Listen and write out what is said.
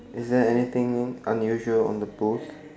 is there anything in unusual on the post